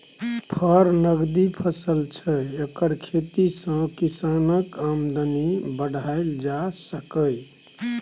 फर नकदी फसल छै एकर खेती सँ किसानक आमदनी बढ़ाएल जा सकैए